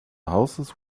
houses